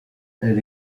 elle